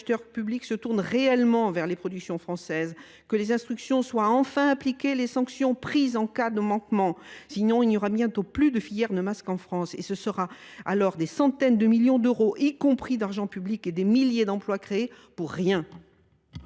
publics se tournent réellement vers les productions françaises, que les instructions soient enfin appliquées et les sanctions prises en cas de manquement ; sinon, il n’y aura bientôt plus de filière de masque en France, et ce seront alors des centaines de millions d’euros, y compris d’argent public, qui auront été dépensés, et des milliers d’emplois créés, pour rien